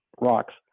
rocks